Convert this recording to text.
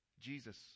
Jesus